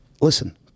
Listen